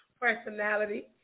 personality